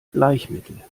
bleichmittel